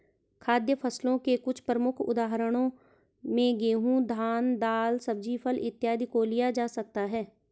खाद्य फसलों के कुछ प्रमुख उदाहरणों में गेहूं, धान, दाल, सब्जी, फल इत्यादि को लिया जा सकता है